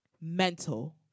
mental